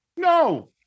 No